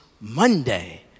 Monday